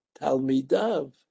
Talmidav